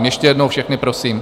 Ještě jednou všechny prosím.